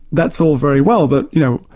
that's all very well, but you know,